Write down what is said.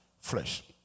flesh